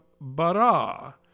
bara